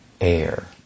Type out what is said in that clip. air